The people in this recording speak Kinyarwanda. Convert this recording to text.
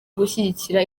gushyigikira